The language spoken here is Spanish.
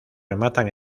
rematan